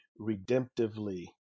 redemptively